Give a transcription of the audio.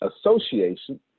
Association